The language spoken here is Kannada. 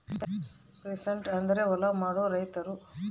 ಪೀಸಂಟ್ ಅಂದ್ರ ಹೊಲ ಮಾಡೋ ರೈತರು